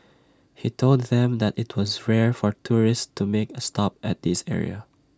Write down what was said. he told them that IT was rare for tourists to make A stop at this area